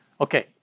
Okay